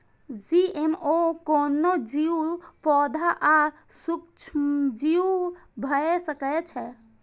GMO कोनो जीव, पौधा आ सूक्ष्मजीव भए सकै छै